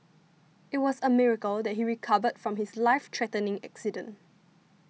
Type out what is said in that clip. it was a miracle that he recovered from his life threatening accident